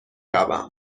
روم